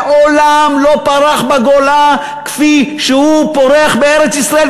מעולם הוא לא פרח בגולה כפי שהוא פורח בארץ-ישראל,